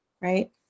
right